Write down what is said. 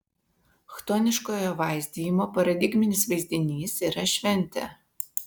chtoniškojo vaizdijimo paradigminis vaizdinys yra šventė